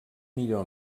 millor